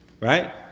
right